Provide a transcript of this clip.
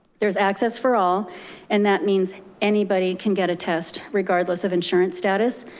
there's access for all and that means anybody can get a test regardless of insurance status.